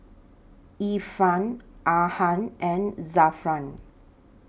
Irfan Ahad and Zafran